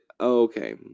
okay